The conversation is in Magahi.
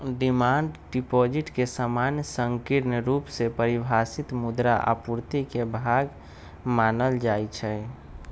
डिमांड डिपॉजिट के सामान्य संकीर्ण रुप से परिभाषित मुद्रा आपूर्ति के भाग मानल जाइ छै